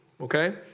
okay